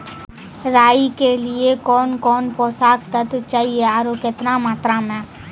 राई के लिए कौन कौन पोसक तत्व चाहिए आरु केतना मात्रा मे?